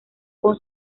con